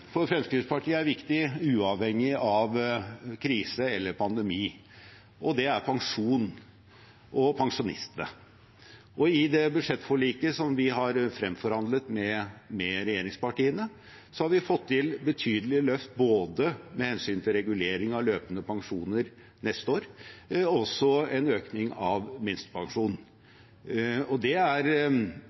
for Fremskrittspartiet uavhengig av krise eller pandemi, er pensjon og pensjonistene. I det budsjettforliket vi har fremforhandlet med regjeringspartiene, har vi fått til betydelige løft med hensyn til både regulering av løpende pensjoner neste år og også en økning av minstepensjonen. Det er viktig, og det er